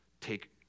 take